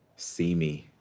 see me.